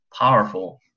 powerful